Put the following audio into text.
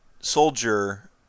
soldier